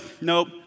nope